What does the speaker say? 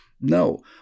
no